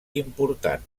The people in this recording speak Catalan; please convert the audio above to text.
important